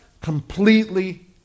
completely